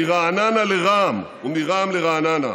מרעננה לרע"מ ומרע"מ לרעננה.